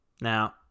Now